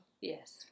Yes